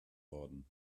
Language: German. worden